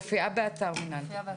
מופיעה באתר המנהל.